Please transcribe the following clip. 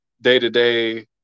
day-to-day